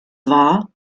war